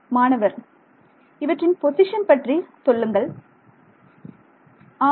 மாணவர் இவற்றின் பொசிஷன் பற்றி சொல்லுங்கள் ஆம்